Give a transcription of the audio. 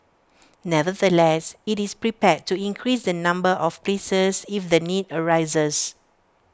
nevertheless IT is prepared to increase the number of places if the need arises